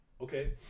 okay